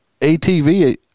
ATV